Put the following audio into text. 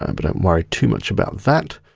um but don't worry too much about that.